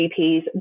GPs